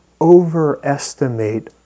overestimate